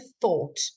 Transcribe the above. thought